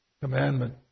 Commandment